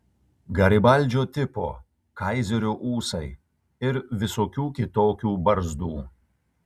garibaldžio tipo kaizerio ūsai ir visokių kitokių barzdų